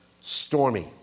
stormy